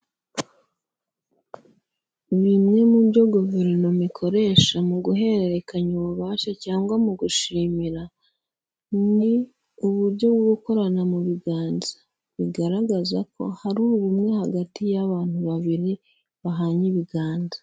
Bimwe mu byo guverinoma ikoresha mu guhererekanya ububasha cyangwa mu gushimira, ni uburyo bwo gukorana mu biganza, bigaragaza ko hari ubumwe hagati y'abantu babiri bahanye ibiganza.